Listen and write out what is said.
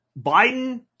Biden